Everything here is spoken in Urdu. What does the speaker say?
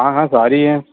ہاں ہاں ساری ہے